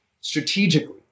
strategically